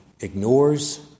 ignores